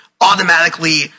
automatically